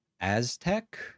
Aztec